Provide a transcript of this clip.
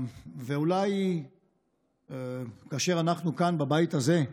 ואולי כאשר אנחנו כאן, בבית הזה,